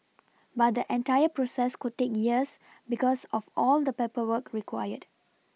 but the entire process could take years because of all the paperwork required